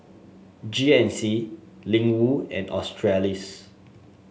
G N C Ling Wu and Australis